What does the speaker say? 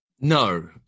No